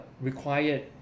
required